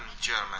German